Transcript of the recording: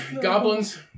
goblins